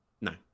No